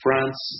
France